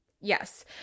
Yes